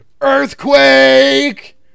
Earthquake